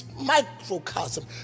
microcosm